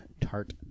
tart